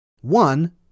One